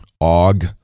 Og